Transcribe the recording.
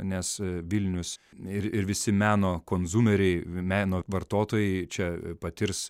nes vilnius ir ir visi meno konzumeriai meno vartotojai čia patirs